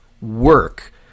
work